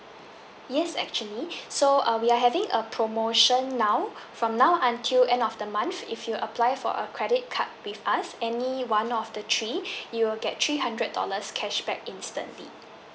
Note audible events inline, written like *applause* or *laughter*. yes actually so uh we are having a promotion now from now until end of the month if you apply for a credit card with us any one of the three *breath* you will get three hundred dollars cashback instantly